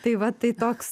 tai va tai toks